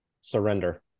Surrender